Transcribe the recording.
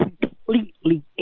completely